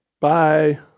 Bye